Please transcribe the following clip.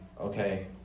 okay